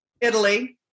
Italy